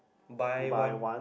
buy one